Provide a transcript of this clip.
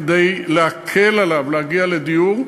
כדי להקל עליו להגיע לדיור.